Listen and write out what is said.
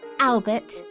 Albert